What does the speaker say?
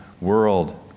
world